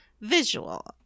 visual